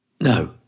No